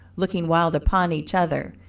looking wild upon each other,